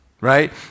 right